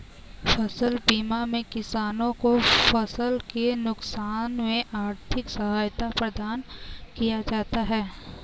फसल बीमा में किसानों को फसल के नुकसान में आर्थिक सहायता प्रदान किया जाता है